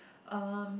um